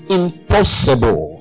impossible